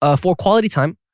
ah for quality time,